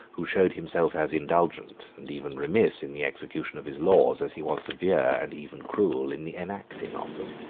who showed himself as indulgent, and even remiss, in the execution of his laws, as he was severe, and even cruel, in the enacting of them.